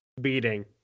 beating